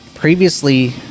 Previously